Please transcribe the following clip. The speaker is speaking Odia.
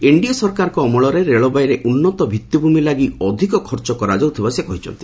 ଏନ୍ଡିଏ ସରକାରଙ୍କ ଅମଳରେ ରେଳବାଇରେ ଉନ୍ନତ ଭିଭିଭିମି ଲାଗି ଅଧିକ ଖର୍ଚ୍ଚ କରାଯାଉଥିବା ସେ କହିଛନ୍ତି